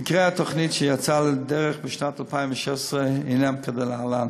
עיקרי התוכנית שיצאה לדרך בשנת 2016 הנם כדלהלן: